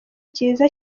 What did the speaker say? cyiza